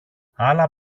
άλλα